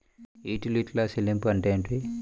యుటిలిటీల చెల్లింపు అంటే ఏమిటి?